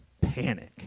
panic